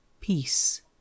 Peace